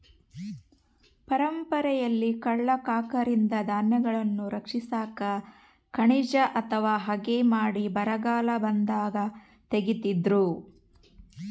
ಪರಂಪರೆಯಲ್ಲಿ ಕಳ್ಳ ಕಾಕರಿಂದ ಧಾನ್ಯಗಳನ್ನು ರಕ್ಷಿಸಾಕ ಕಣಜ ಅಥವಾ ಹಗೆ ಮಾಡಿ ಬರಗಾಲ ಬಂದಾಗ ತೆಗೀತಿದ್ರು